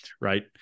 right